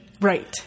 Right